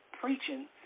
preaching